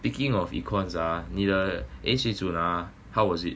speaking of econs ah 你的 A 水准 ah how was it